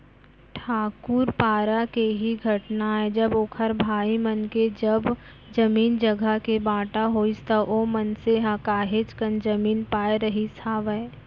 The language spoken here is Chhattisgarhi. ठाकूर पारा के ही घटना आय जब ओखर भाई मन के जब जमीन जघा के बाँटा होइस त ओ मनसे ह काहेच कन जमीन पाय रहिस हावय